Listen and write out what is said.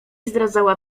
zdradzała